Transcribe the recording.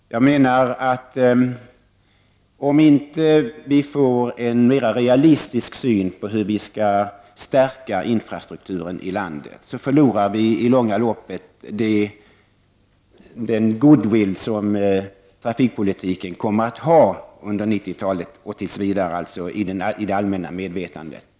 Jag menar att om inte vi får en mera realistisk syn på hur vi skall stärka infrastrukturen i landet, förlorar vi i långa loppet den goodwill som trafikpolitiken kommer att ha i det allmänna medvetandet under 90-talet och tills vidare.